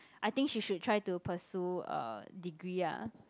I think she should try to pursue a degree ah